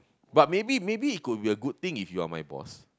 but maybe maybe it could be a good thing if you're my boss